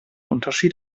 unterschied